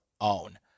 own